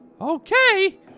Okay